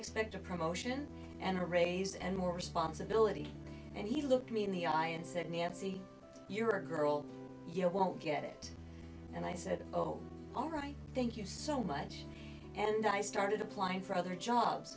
expect a promotion and a raise and more responsibility and he looked me in the eye and said nancy you're a girl you won't get it and i said oh all right thank you so much and i started applying for other jobs